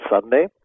Sunday